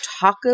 taco